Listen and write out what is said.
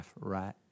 right